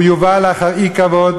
הוא יובא לאחר אי-כבוד,